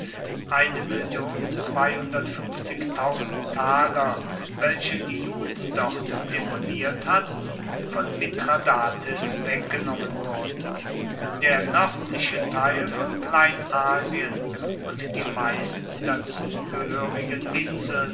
welche die juden dort deponiert hatten von mithradates weggenommen wurden der nördliche teil von kleinasien und die meisten dazu gehörigen inseln